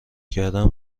کردم